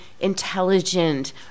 intelligent